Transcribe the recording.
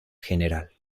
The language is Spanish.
general